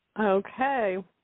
Okay